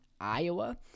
Iowa